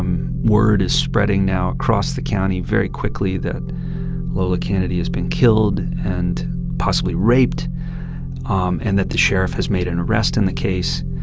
um word is spreading now across the county very quickly that lola cannady has been killed and possibly raped um and that the sheriff has made an arrest in the case,